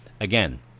Again